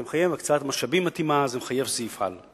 זה מחייב הקצאת משאבים מתאימה, זה מחייב סעיף-על.